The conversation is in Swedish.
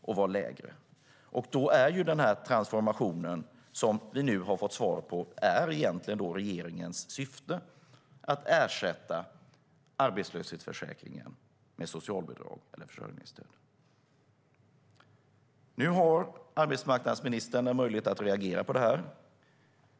Då är transformationen genomförd, den som vi nu har fått svar på att den är regeringens egentliga syfte: att ersätta arbetslöshetsförsäkringen med socialbidrag eller försörjningsstöd. Nu har arbetsmarknadsministern möjlighet att reagera på det här.